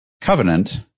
Covenant